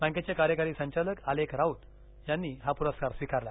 बँकेचे कार्यकारी संचालक आलेख राऊत यांनी पुरस्कार स्वीकारला